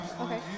Okay